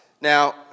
Now